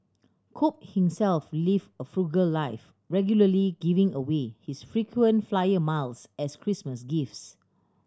cook himself live a frugal life regularly giving away his frequent flyer miles as Christmas gifts